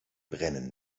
brennen